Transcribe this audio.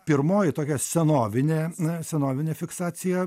pirmoji tokia senovinė na senovinė fiksacija